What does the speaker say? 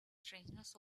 strangeness